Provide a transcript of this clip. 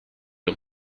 der